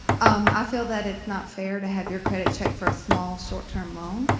um, i feel that it's not fair to have your credit checked for a small, short-term loan,